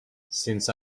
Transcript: since